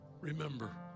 remember